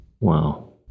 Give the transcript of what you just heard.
Wow